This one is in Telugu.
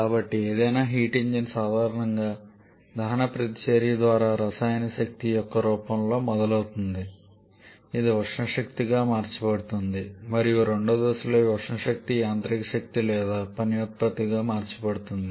కాబట్టి ఏదైనా హీట్ ఇంజిన్ సాధారణంగా దహన ప్రతిచర్య ద్వారా రసాయన శక్తి యొక్క రూపంతో మొదలవుతుంది ఇది ఉష్ణ శక్తిగా మార్చబడుతుంది మరియు రెండవ దశలో ఈ ఉష్ణ శక్తి యాంత్రిక శక్తి లేదా పని ఉత్పత్తిగా మార్చబడుతుంది